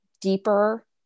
deeper